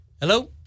Hello